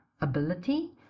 ability